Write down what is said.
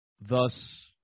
thus